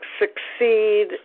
succeed